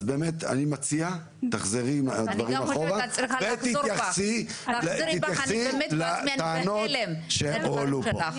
אז באמת אני מציע תחזרי על הדברים אחורה ותתייחסי לטענות שהועלו פה.